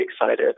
excited